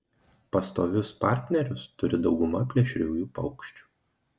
pastovius partnerius turi dauguma plėšriųjų paukščių